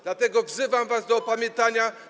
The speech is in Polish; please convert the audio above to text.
Dlatego wzywam was do opamiętania.